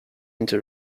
into